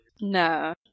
No